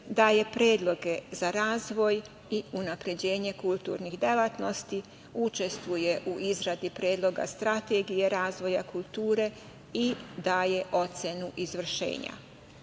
daje predloge za razvoj i unapređenje kulturnih delatnosti, učestvuje u izradi predloga strategije razvoja kulture i daje ocenu izvršenja. Članovi